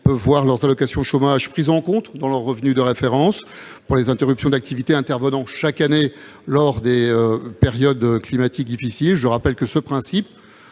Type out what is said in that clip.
peuvent voir leurs allocations chômage prises en compte dans leur revenu de référence, pour les interruptions d'activité intervenant chaque année lors des périodes climatiques difficiles. Je le rappelle, ce principe